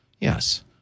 Yes